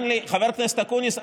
חבר הכנסת אקוניס,